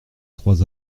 trois